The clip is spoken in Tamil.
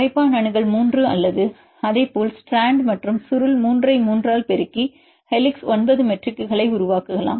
கரைப்பான் அணுகல் 3 அல்லது அதேபோல் ஸ்ட்ராண்ட் மற்றும் சுருள் 3 ஐ 3 ஆல் பெருக்கி ஹெலிக்ஸ் 9 மெட்ரிக்குகளை உருவாக்கலாம்